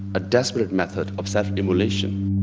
a desperate method of self-immolation.